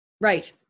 Right